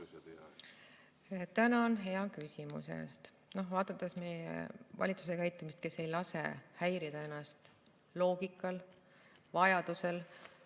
Tänan hea küsimuse eest! Vaadates meie valitsuse käitumist, kes ei lase häirida ennast loogikal ega vajadusel